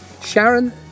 Sharon